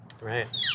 Right